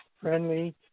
friendly